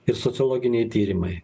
ir sociologiniai tyrimai